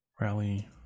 rally